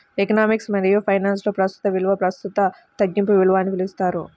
economics మరియుఫైనాన్స్లో, ప్రస్తుత విలువనుప్రస్తుత తగ్గింపు విలువ అని పిలుస్తారు